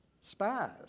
spies